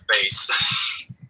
face